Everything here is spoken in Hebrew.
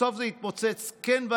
בסוף זה התפוצץ, כן,